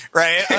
right